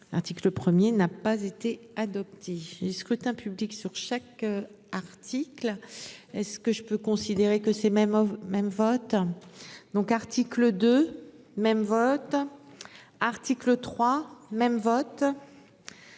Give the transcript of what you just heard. L'article 1er n'a pas été adopté. Scrutin public sur chaque article. Est ce que je peux considérer que c'est même même vote. Donc article de même votre. Article 3 même vote.